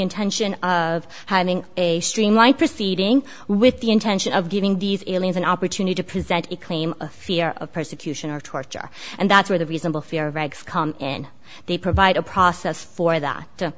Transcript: intention of having a streamlined proceeding with the intention of giving these aliens an opportunity to present a claim of fear of persecution or torture and that's where the reasonable fear regs come in they provide a process for that